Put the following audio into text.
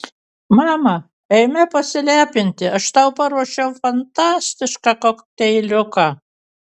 mama eime pasilepinti aš tau paruošiau fantastišką kokteiliuką